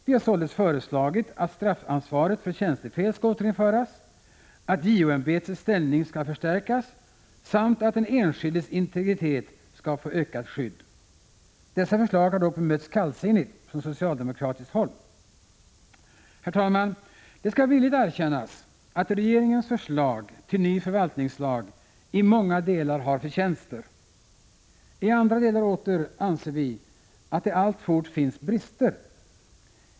Vi har således föreslagit att straffansvaret för tjänstefel skall återinföras, att JO-ämbetets ställning skall förstärkas samt att den enskildes integritet skall få ökat skydd. Dessa förslag har dock bemötts kallsinnigt av socialdemokraterna. Herr talman! Det skall villigt erkännas att regeringens förslag till ny förvaltningslag i många delar har förtjänster. I andra delar åter anser vi att det alltfort finns brister.